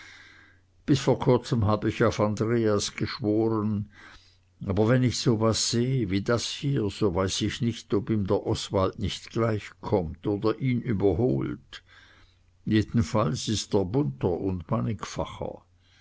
bis vor kurzem hab ich auf andreas geschworen aber wenn ich so was sehe wie das hier so weiß ich nicht ob ihm der oswald nicht gleichkommt oder ihn überholt jedenfalls ist er bunter und